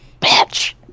Bitch